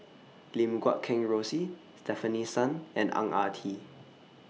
Lim Guat Kheng Rosie Stefanie Sun and Ang Ah Tee